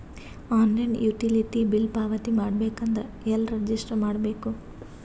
Online utility bill ಪಾವತಿ ಮಾಡಬೇಕು ಅಂದ್ರ ಎಲ್ಲ ರಜಿಸ್ಟರ್ ಮಾಡ್ಬೇಕು?